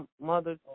Mother